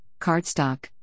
cardstock